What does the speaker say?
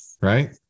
right